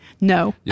No